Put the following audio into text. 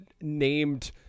named